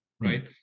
right